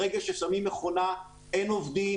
ברגע ששמים מכונה אין עובדים